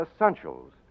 essentials